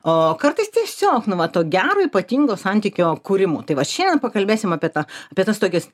o kartais tiesiog nu va to gero ypatingo santykio kūrimu tai vat šiandien pakalbėsim apie tą apie tas tokias